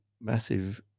massive